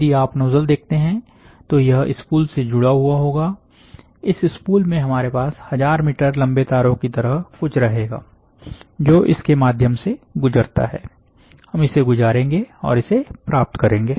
यदि आप नोजल देखते हैं तो यह स्पूल से जुड़ा हुआ होगा इस स्पूल में हमारे पास 1000 मीटर लंबे तारों की तरह कुछ रहेगा जो इसके माध्यम से गुजरता है हम इसे गुजारेंगे और इसे प्राप्त करेंगे